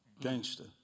Gangster